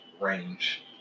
range